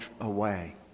away